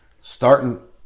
starting